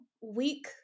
week